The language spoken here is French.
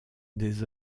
des